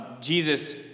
Jesus